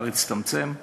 הפער הצטמצם.